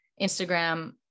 Instagram